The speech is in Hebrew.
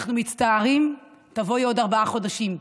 אנחנו מצטערים, תבואי בעוד ארבעה חודשים,